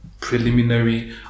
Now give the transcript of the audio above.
preliminary